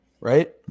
right